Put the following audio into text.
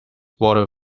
water